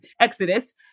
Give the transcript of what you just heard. exodus